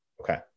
Okay